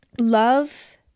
love